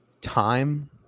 time